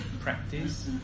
practice